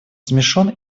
смешон